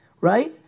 right